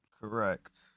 Correct